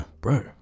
bro